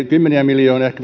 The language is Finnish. kymmeniä miljoonia